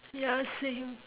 ya same